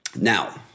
Now